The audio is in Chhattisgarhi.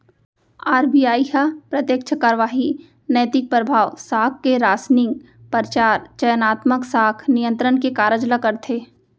आर.बी.आई ह प्रत्यक्छ कारवाही, नैतिक परभाव, साख के रासनिंग, परचार, चयनात्मक साख नियंत्रन के कारज ल करथे